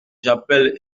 j’appelle